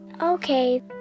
Okay